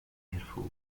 hervor